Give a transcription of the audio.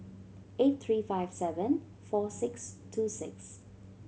eight three five seven four six two six